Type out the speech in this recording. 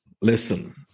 listen